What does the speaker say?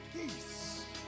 peace